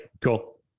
cool